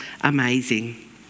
amazing